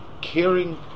caring